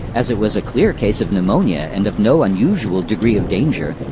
as it was a clear case of pneumonia and of no unusual degree of danger,